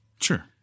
Sure